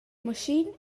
machine